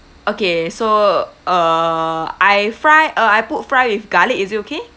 okay so uh I fry uh I put fry with garlic is it okay